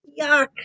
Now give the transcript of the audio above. Yuck